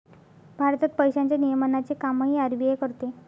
भारतात पैशांच्या नियमनाचे कामही आर.बी.आय करते